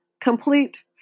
complete